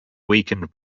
weakened